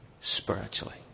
spiritually